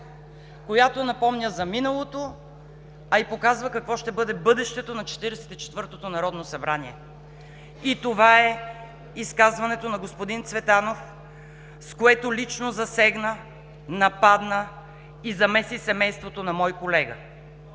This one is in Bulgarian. която напомня за миналото, а и показва какво ще бъде бъдещето на Четиридесет и четвъртото народно събрание. И това е изказването на господин Цветанов, с което лично засегна, нападна и замеси семейството на мой колега.